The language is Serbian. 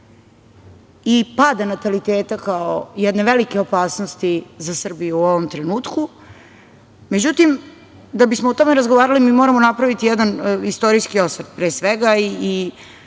i pada nataliteta, kao jedne velike opasnosti za Srbiju u ovom trenutku, međutim, da bismo o tome razgovarali, mi moramo napraviti jedan istorijskih osvrt pre svega